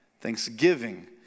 Thanksgiving